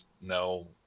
no